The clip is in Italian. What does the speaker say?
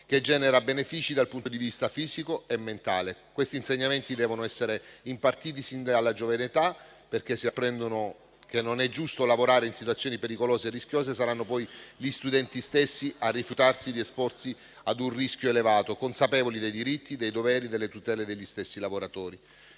che genera benefici dal punto di vista fisico e mentale. Questi insegnamenti devono essere impartiti sin dalla giovane età, perché, se apprendono che non è giusto lavorare in situazioni pericolose e rischiose, saranno poi gli studenti stessi a rifiutarsi di esporsi ad un rischio elevato, consapevoli dei diritti, dei doveri e delle tutele degli stessi lavoratori.